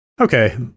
okay